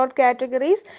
categories